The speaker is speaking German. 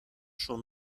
schon